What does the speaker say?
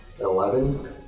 Eleven